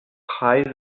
preise